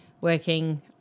working